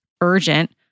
urgent